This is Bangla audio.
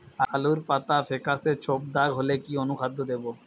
আলুর পাতা ফেকাসে ছোপদাগ হলে কি অনুখাদ্য দেবো?